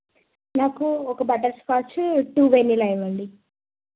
నాకు ఒక butterscotch two vanilla ఇవ్వండి